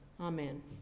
Amen